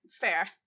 Fair